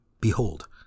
behold